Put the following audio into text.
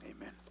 Amen